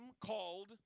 called